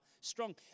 strong